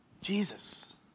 Jesus